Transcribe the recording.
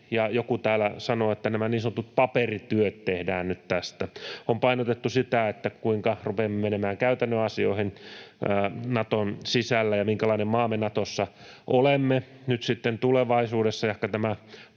joku täällä sanoi, että nämä niin sanotut paperityöt tehdään nyt tästä. On painotettu sitä, kuinka rupeamme menemään käytännön asioihin Naton sisällä ja siihen, minkälainen maa me Natossa olemme. Nyt sitten tulevaisuudessa